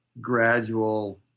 gradual